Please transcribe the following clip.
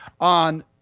on